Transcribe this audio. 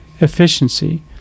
efficiency